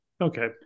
Okay